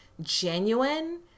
genuine